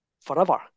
forever